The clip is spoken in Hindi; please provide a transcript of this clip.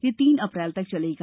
यह तीन अप्रैल तक चलेगा